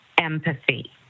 empathy